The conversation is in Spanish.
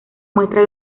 muestra